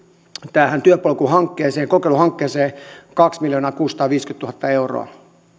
tähän työpolku hankkeeseen kokeiluhankkeeseen kaksimiljoonaakuusisataaviisikymmentätuhatta euroa